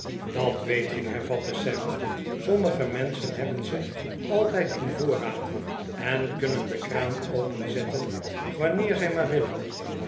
dat weet ik hervatte sam sommige menschen hebben ze altijd in voorraad en kunnen de kraan openzetten wanneer zij maar willen